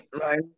Right